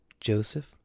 Joseph